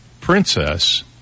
princess